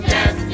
Yes